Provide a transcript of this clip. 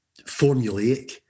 formulaic